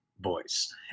voice